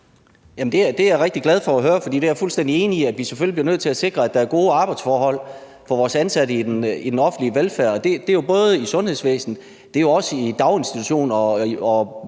det er jeg rigtig glad for at høre, for jeg er fuldstændig enig i, at vi selvfølgelig bliver nødt til at sikre, at der er gode arbejdsforhold for vores ansatte i den offentlige velfærd. Det er jo både i sundhedsvæsenet, men også i daginstitutioner og